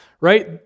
right